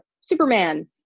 Superman